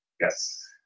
Yes